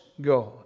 God